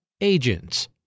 Agents